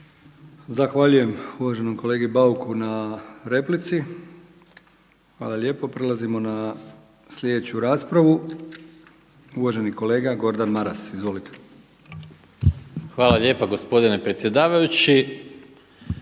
Zahvaljujem uvaženom kolegi Bauku na replici. Hvala lijepo. Prelazimo na sljedeću raspravu, uvaženi kolega Gordan Maras. Izvolite. **Maras, Gordan (SDP)** Hvala lijepa gospodine predsjedavajući.